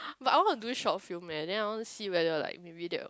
but I want to do short film eh then I want to see whether like maybe that